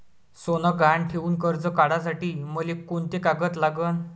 सोनं गहान ठेऊन कर्ज काढासाठी मले कोंते कागद लागन?